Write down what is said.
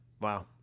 Wow